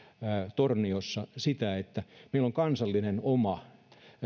torniossa että meillä olisi kansallinen oma